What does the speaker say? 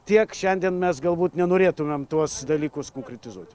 tiek šiandien mes galbūt nenorėtumėm tuos dalykus konkretizuoti